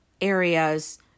areas